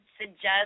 suggest